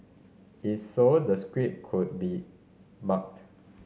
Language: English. is so the script could be marked